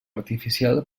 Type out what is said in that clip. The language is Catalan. artificial